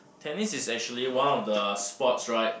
tennis is actually one of the sports right